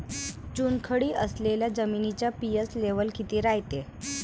चुनखडी असलेल्या जमिनीचा पी.एच लेव्हल किती रायते?